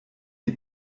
die